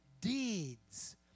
deeds